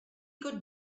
could